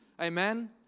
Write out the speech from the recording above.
Amen